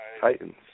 Titans